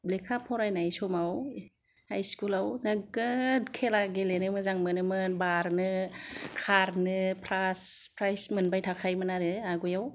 लेखा फरायनाय समाव हाइ स्कुलाव नोगोद खेला गेलेनो मोजां मोनो मोन बारनो खारनो फार्स्ट प्राइज मोनबाय थाखायोमोन आरो आवगायाव